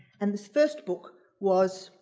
and this first book was